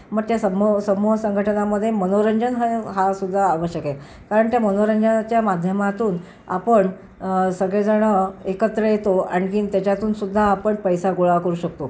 मग त्या समू समूह संघटनामधे मनोरंजन हा हा सुद्धा आवश्यक आहे कारण त्या मनोरंजनाच्या माध्यमातून आपण सगळे जणं एकत्र येतो आणखीन त्याच्यातून सुद्धा आपण पैसा गोळा करू शकतो